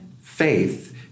faith